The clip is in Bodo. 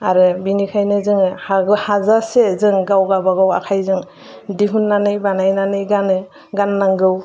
आरो बेनिखायनो जोङो हाजासे जों गावबागाव आखाइजों दिहुननानै बानायनानै गानो गाननांगौ